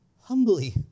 humbly